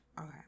okay